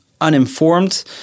uninformed